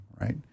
right